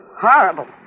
Horrible